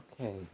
Okay